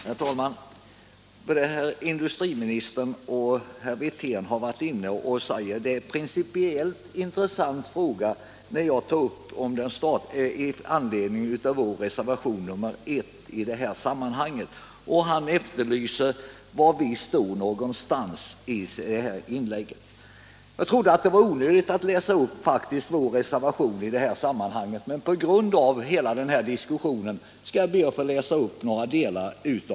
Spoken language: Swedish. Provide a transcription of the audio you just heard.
Herr talman! Både herr industriministern och herr Wirtén säger att det är en principiellt intressant fråga som tas upp i vår reservation nr 1, och industriministern efterlyste i sitt inlägg var vi står någonstans. Jag trodde faktiskt att det skulle vara onödigt att läsa upp vår reservation i detta sammanhang, men mot bakgrund av diskussionen skall jag be att få läsa upp några delar av reservationen.